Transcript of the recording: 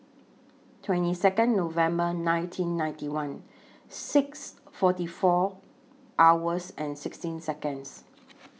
twenty Second November nineteen ninety one six forty four hours and sixteen Seconds